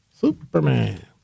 Superman